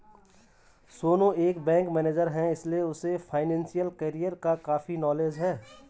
सोनू एक bank manager है इसीलिए उसे फाइनेंशियल कैरियर की काफी नॉलेज है